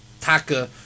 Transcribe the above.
taka